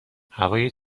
هوای